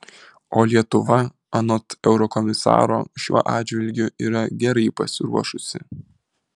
o lietuva anot eurokomisaro šiuo atžvilgiu yra gerai pasiruošusi